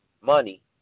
money